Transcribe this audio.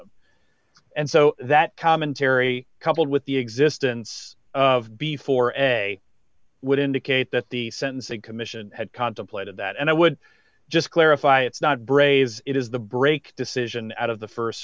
them and so that commentary coupled with the existence of before as a would indicate that the sentencing commission had contemplated that and i would just clarify it's not brave it is the break decision out of the